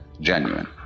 genuine